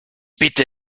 bitte